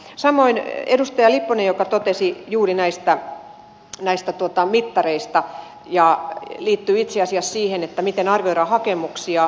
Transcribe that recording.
samoin edustaja lipponen totesi juuri näistä mittareista ja tämä liittyy itse asiassa siihen miten arvioidaan hakemuksia